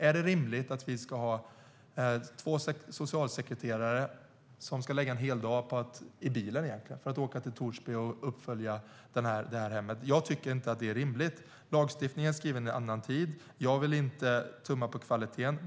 Är det rimligt att vi ska ha två socialsekreterare som ska lägga en hel dag - i bilen, egentligen - på att åka till Torsby och följa upp ett hem? Jag tycker inte att det är rimligt. Lagstiftningen är skriven i en annan tid, och jag vill inte tumma på kvaliteten.